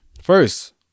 First